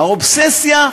האובססיה,